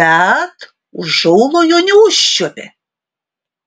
bet už aulo jo neužčiuopė